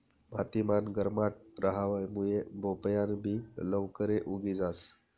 माती मान गरमाट रहावा मुये भोपयान बि लवकरे उगी जास